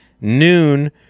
noon